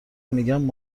میگم